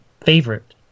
favorite